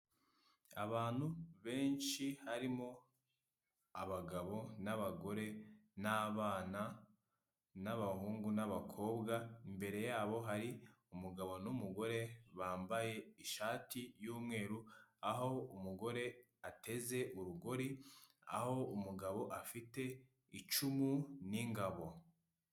Abantu benshi harimo abagabo n'abagore n'abana , n'abahungu n'abakobwa, imbere yabo hari umugabo n'umugore bambaye ishati y'umweru, aho umugore ateze urugori, aho umugabo afite icumu n'ingabo.